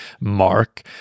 mark